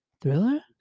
thriller